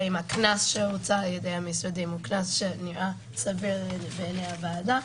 האם הקנס שהוצע על ידי המשרדים הוא קנס שנראה סביר בעיני הוועדה,